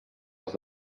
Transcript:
els